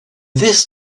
this